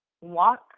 walk